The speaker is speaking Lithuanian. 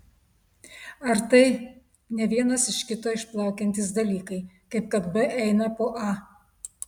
ar tai ne vienas iš kito išplaukiantys dalykai kaip kad b eina po a